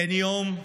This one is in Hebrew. אין יום,